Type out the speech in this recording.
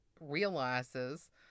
realizes